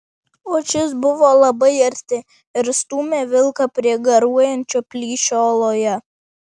o šis buvo labai arti ir stūmė vilką prie garuojančio plyšio uoloje